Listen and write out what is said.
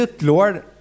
lord